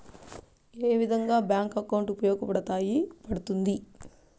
ఏ విధంగా bank account ఉపయోగపడతాయి పడ్తుంది